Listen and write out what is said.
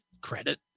credit